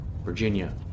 Virginia